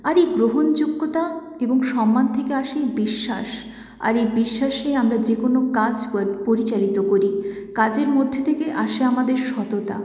আর এই গ্রহণযোগ্যতা এবং সম্মান থেকে আসে বিশ্বাস আর এই বিশ্বাসে আমরা যেকোনো কাজ পরিচালিত করি কাজের মধ্যে থেকে আসে আমাদের সততা